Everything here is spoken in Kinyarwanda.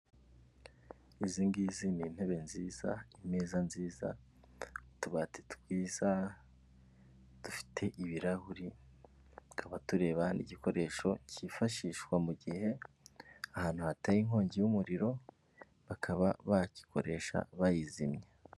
Izi ngizi ni intebe nziza imeza nziza utubati twiza dufite ibirahuri, tukaba tureba n'igikoresho kifashishwa mu gihe ahantu hateye inkongi y'umuriro, bakaba bagikoresha bayizimya.